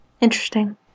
Interesting